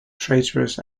traitorous